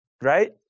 right